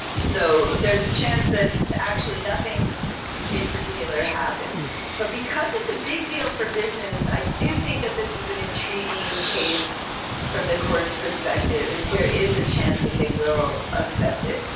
so, there's a chance that actually nothing in particular happens. but because it's a big deal for business i do think that this is an intriguing case from the court's perspective and there is a chance that they will accept it.